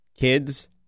kids